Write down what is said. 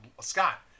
Scott